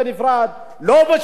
לא בשביל זה באו.